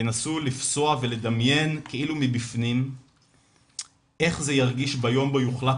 ינסו לפסוע ולדמיין כאילו מבפנים איך זה ירגיש ביום בו יוחלט